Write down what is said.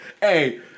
Hey